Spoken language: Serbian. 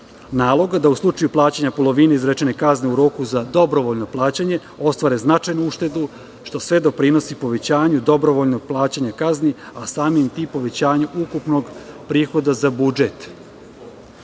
naloga da u slučaju plaćanja polovine izrečene kazne u roku za dobrovoljno plaćanje, ostvare značajnu uštedu, što sve doprinosi povećanju dobrovoljnog plaćanja kazni, a samim tim povećanju ukupnog prihoda za budžet. Treba